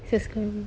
seriously